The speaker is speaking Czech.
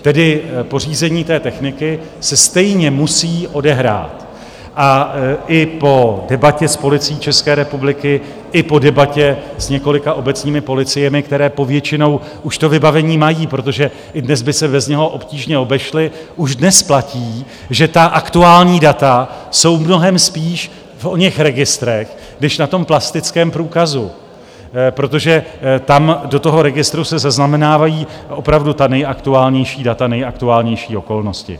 Tedy pořízení té techniky se stejně musí odehrát, a i po debatě s Policií České republiky i po debatě s několika obecními policiemi, které povětšinou už to vybavení mají, protože i dnes by se bez něho obtížně obešly, už dnes platí, že ta aktuální data jsou mnohem spíš v oněch registrech než na tom plastickém průkazu, protože tam do toho registru se zaznamenávají opravdu ta nejaktuálnější data, nejaktuálnější okolnosti.